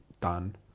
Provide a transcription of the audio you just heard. done